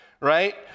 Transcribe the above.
right